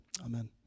Amen